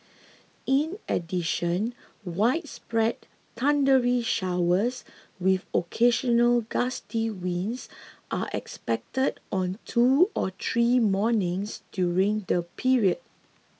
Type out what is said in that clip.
in addition widespread thundery showers with occasional gusty winds are expected on two or three mornings during the period